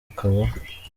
akaba